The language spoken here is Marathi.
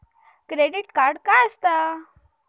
क्रेडिट कार्ड काय असता?